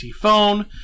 phone